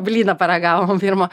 blyną paragavom pirmą